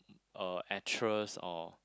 a actress or